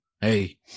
hey